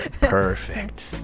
perfect